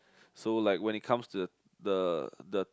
so like when it comes to the the the